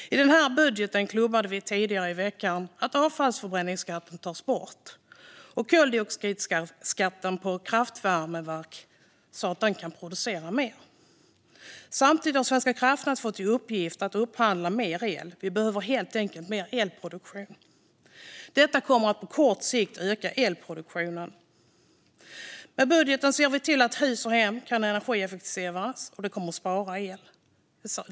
I den här budgeten klubbade vi tidigare i veckan igenom att avfallsförbränningsskatten ska tas bort liksom koldioxidskatten på kraftvärmeverk så att de kan producera mer. Samtidigt har Svenska kraftnät fått i uppgift att upphandla mer el. Vi behöver helt enkelt mer elproduktion. Detta kommer att på kort sikt öka elproduktionen. Med budgeten ser vi till att hus och hem kan energieffektiviseras, vilket kommer att spara el.